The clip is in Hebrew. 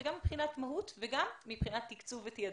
גם מבחינת מהות וגם מבחינת תקצוב ותעדוף.